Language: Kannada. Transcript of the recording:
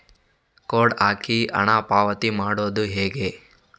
ಕೋಡ್ ಹಾಕಿ ಹಣ ಪಾವತಿ ಮಾಡೋದು ಹೇಗೆ?